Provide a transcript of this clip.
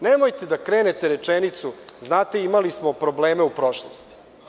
Nemojte da krenete rečenicu – znate imali smo probleme u prošlosti.